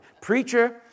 preacher